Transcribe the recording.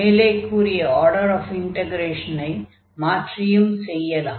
மேலே கூறிய order of இன்டக்ரேஷனை மாற்றியும் செய்யலாம்